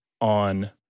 on